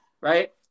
right